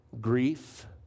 Grief